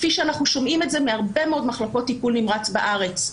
כפי שאנחנו שומעים את זה מהרבה מאוד מחלקות טיפול נמרץ בארץ.